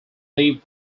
live